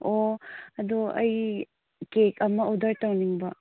ꯑꯣ ꯑꯗꯨ ꯑꯩ ꯀꯦꯛ ꯑꯃ ꯑꯣꯔꯗꯔ ꯇꯧꯅꯤꯡꯕ